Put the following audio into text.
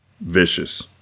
Vicious